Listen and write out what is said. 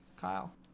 kyle